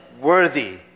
worthy